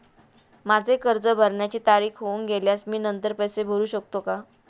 माझे कर्ज भरण्याची तारीख होऊन गेल्यास मी नंतर पैसे भरू शकतो का?